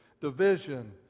division